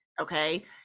Okay